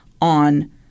on